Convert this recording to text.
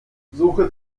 suche